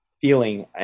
feeling